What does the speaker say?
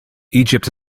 egypt